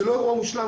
זה לא אירוע מושלם,